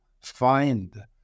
find